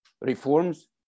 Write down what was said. reforms